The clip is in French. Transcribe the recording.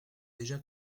déjà